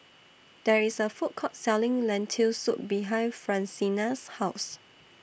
There IS A Food Court Selling Lentil Soup behind Francina's House